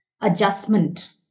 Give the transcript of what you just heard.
adjustment